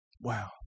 Wow